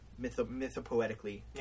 mythopoetically